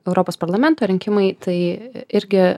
europos parlamento rinkimai tai irgi